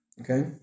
Okay